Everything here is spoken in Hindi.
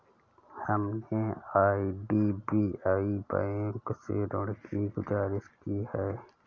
हमने आई.डी.बी.आई बैंक से ऋण की गुजारिश की है